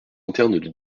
interne